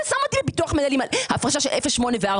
מה אתה שם אותי על ביטוח מנהלים בהפרשה של 08 ו-4?